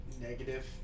negative